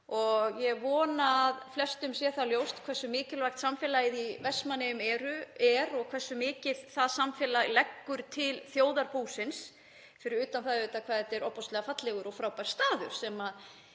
Ég vona að flestum sé það ljóst hversu mikilvægt samfélagið í Vestmannaeyjum er og hversu mikið það samfélag leggur til þjóðarbúsins, fyrir utan það auðvitað hvað þetta er ofboðslega fallegur og frábær staður.